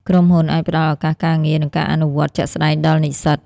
ក្រុមហ៊ុនអាចផ្តល់ឱកាសការងារ និងការអនុវត្តជាក់ស្តែងដល់និស្សិត។